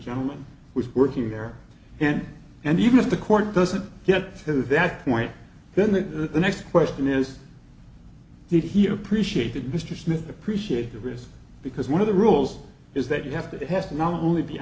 gentleman who's working there and and even if the court doesn't get to that point then the next question is he appreciated mr smith appreciate the risk because one of the rules is that you have to that has to not only be